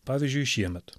pavyzdžiui šiemet